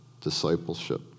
discipleship